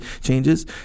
changes